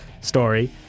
story